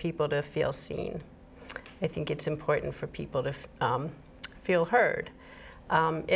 people to feel seen i think it's important for people to feel heard